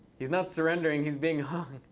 he's not surrendering. he's being hung.